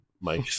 Mike